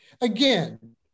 again